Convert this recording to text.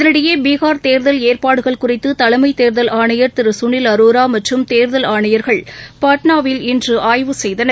இதனினடயே பீகார் தேர்தல் ஏற்பாடுகள் குறித்துதலைமைத் தேர்தல் ஆணையர் சுனில் அரோராமற்றும் தேர்தல் ஆணையர்கள் பாட்னாவில் இன்றுஆய்வு செய்தனர்